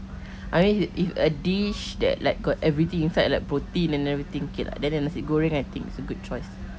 I mean if a dish that like got everything inside like protein and everything okay lah then the nasi goreng I think is a good choice